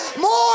more